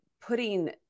putting